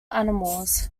animals